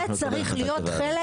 זה צריך להיות חלק